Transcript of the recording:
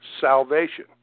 salvation